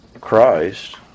Christ